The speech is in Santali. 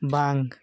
ᱵᱟᱝ